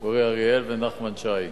אורי אריאל ונחמן שי.